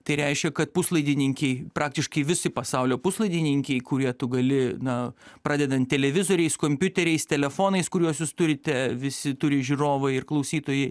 tai reiškia kad puslaidininkiai praktiškai visi pasaulio puslaidininkiai kurie tu gali na pradedant televizoriais kompiuteriais telefonais kuriuos jūs turite visi turi žiūrovai ir klausytojai